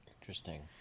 Interesting